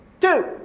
Two